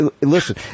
Listen